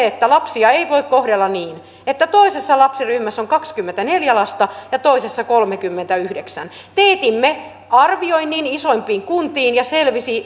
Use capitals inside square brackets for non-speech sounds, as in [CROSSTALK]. [UNINTELLIGIBLE] että lapsia ei voi kohdella niin että toisessa lapsiryhmässä on kaksikymmentäneljä lasta ja toisessa kolmekymmentäyhdeksän teetimme arvioinnin isoimmissa kunnissa lähes kolmessakymmenessä kunnassa ja selvisi